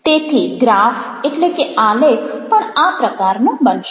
તેથી ગ્રાફઆલેખ પણ આ પ્રકારનો બનશે